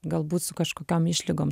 galbūt su kažkokiom išlygom